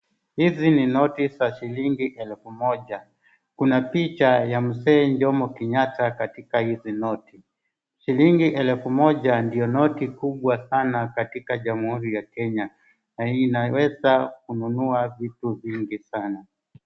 Hizi ni noti za shilingi elfu moja. Kuna picha ya mzee Jomo Kenyatta katika hizi noti. Shilingi elfu moja ndio noti kubwa sana katika jamhuri ya Kenya na inaweza kununua vitu vingi sana.